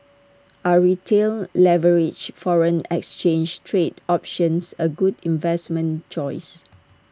are retail leveraged foreign exchange trading options A good investment choice